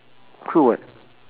true [what]